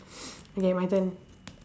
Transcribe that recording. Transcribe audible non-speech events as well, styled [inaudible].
[noise] okay my turn